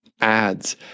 ads